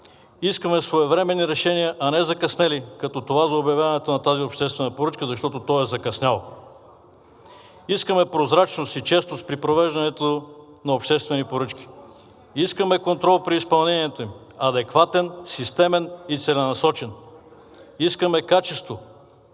Искаме своевременни решения, а не закъснели като това за обявяването на тази обществена поръчка, защото то е закъсняло. Искаме прозрачност и честност при провеждането на обществени поръчки. Искаме контрол при изпълнението им – адекватен, системен и целенасочен. Искаме качество